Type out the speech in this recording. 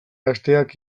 gazteak